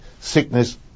sickness